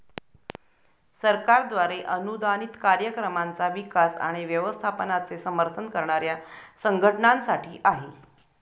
सरकारद्वारे अनुदानित कार्यक्रमांचा विकास आणि व्यवस्थापनाचे समर्थन करणाऱ्या संघटनांसाठी आहे